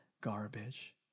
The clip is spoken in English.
garbage